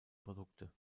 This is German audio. produkte